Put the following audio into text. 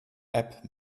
app